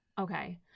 Okay